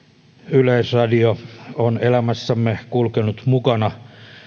yleisradio on elämässämme kulkenut mukana